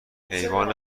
حیوان